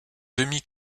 demi